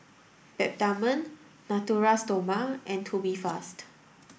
Peptamen Natura Stoma and Tubifast